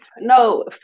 No